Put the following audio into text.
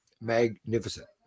magnificent